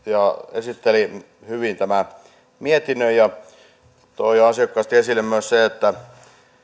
esitteli hyvin tämän mietinnön ja toi ansiokkaasti esille myös sen että